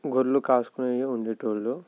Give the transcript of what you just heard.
గొర్రెలు కాసుకుని ఉండేవాళ్ళు